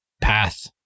path